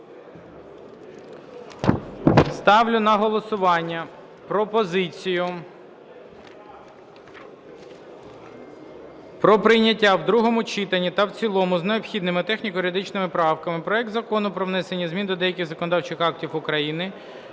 Ставлю на голосування пропозицію про прийняття в другому читанні та в цілому за необхідними техніко-юридичними правками проект Закону про внесення змін до деяких законодавчих актів України